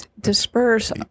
disperse